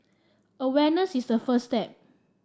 awareness is the first step